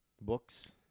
books